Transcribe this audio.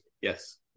Yes